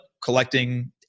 collecting